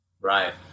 Right